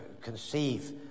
conceive